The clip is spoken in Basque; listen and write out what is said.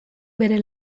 bere